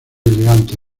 elegantes